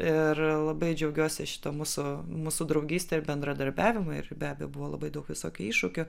ir labai džiaugiuosi šita mūsų mūsų draugyste ir bendradarbiavimu ir be abejo buvo labai daug visokių iššūkių